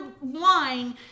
Wine